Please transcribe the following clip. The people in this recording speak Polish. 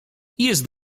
jest